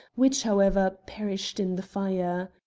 which, however, perished in the fire.